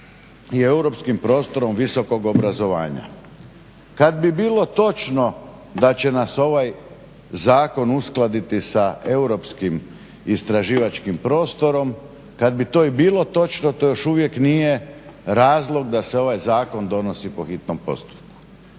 i europskim prostorom visokog obrazovanja. Kad bi bilo točno da će nas ovaj zakon uskladiti sa europskim istraživačkim prostorom, kad bi to i bilo točno to još uvijek nije razlog da se ovaj zakon donosi po hitnom postupku.